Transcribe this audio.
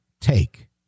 take